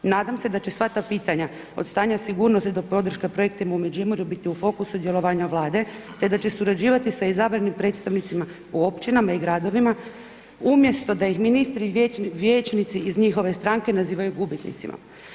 Nadam se da će sva ta pitanja od stanja sigurnosti do podrške projektima u Međimurju biti u fokusu sudjelovanja Vlade te da će surađivati sa izbranim predstavnicima u općinama i gradovima umjesto da ih ministri i vijećnici iz njihove stranke nazivaju gubitnicima.